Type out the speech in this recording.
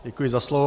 Děkuji za slovo.